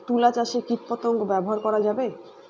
তুলা চাষে কীটপতঙ্গ ব্যবহার করা যাবে?